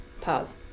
Pause